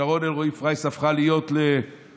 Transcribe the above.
שרון אלרעי פרייס הפכה להיות לפוליטיקאית.